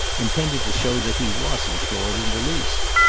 intended to show that he wasn't floored in the least.